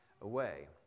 away